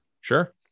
Sure